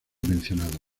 mencionado